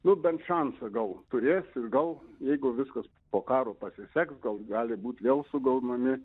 nu bent šansą gal turės ir gal jeigu viskas po karo pasiseks gal gali būt vėl sugaunami